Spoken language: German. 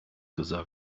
gesagt